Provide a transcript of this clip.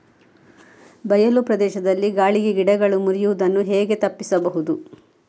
ಬಯಲು ಪ್ರದೇಶದಲ್ಲಿ ಗಾಳಿಗೆ ಗಿಡಗಳು ಮುರಿಯುದನ್ನು ಹೇಗೆ ತಪ್ಪಿಸಬಹುದು?